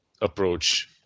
approach